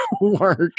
work